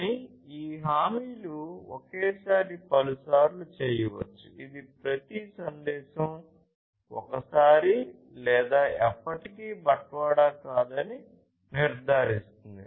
కానీ ఈ హామీలు ఒకేసారి పలుసార్లు చేయవచ్చు ఇది ప్రతి సందేశం ఒకసారి లేదా ఎప్పటికీ బట్వాడా కాదని నిర్ధారిస్తుంది